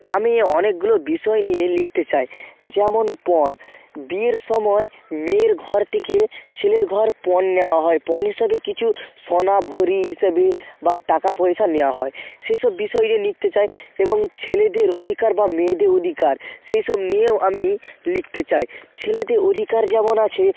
আমি অনেকগুলো বিষয় নিয়ে লিখতে চাই যেমন পণ বিয়ের সময় মেয়ের ঘর থেকে ছেলের ঘর পণ নেওয়া হয় পণ হিসাবে কিছু সোনা ভরি হিসেবে বা টাকা পয়সা নেওয়া হয় সে সব বিষয় নিয়ে লিখতে চাই এবং ছেলেদের অধিকার বা মেয়েদের অধিকার সেই সব নিয়েও আমি লিখতে চাই ছেলেদের অধিকার যেমন আছে